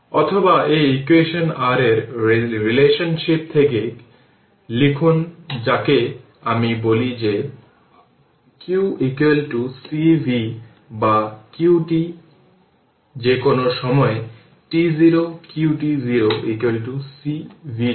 সুতরাং initial condition এর পরিপ্রেক্ষিতে এটি হল i এবং এটি হল i y খুঁজে বের করতে হবে i t এবং i y t দেওয়া যে I0 1 অ্যাম্পিয়ার